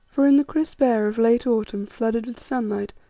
for in the crisp air of late autumn flooded with sunlight,